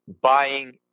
buying